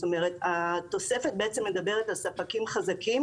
זאת אומרת, התוספת מדברת על ספקים חזקים